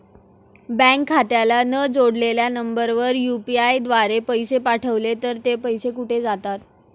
Bank खात्याला न जोडलेल्या नंबरवर यु.पी.आय द्वारे पैसे पाठवले तर ते पैसे कुठे जातात?